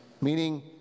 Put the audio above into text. meaning